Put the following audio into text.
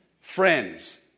friends